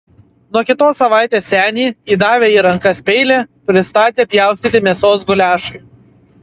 nuo kitos savaitės senį įdavę į rankas peilį pristatė pjaustyti mėsos guliašui